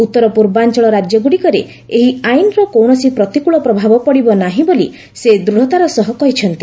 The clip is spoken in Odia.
ଉତ୍ତରପୂର୍ବାଞ୍ଚଳ ରାଜ୍ୟଗୁଡ଼ିକରେ ଏହି ଆଇନର କୌଣସି ପ୍ରତିକୂଳ ପ୍ରଭାବ ପଡ଼ିବ ନାହିଁ ବୋଲି ସେ ଦୂଢ଼ତାର ସହ କହିଛନ୍ତି